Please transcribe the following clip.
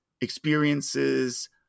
experiences